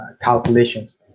calculations